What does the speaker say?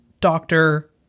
doctor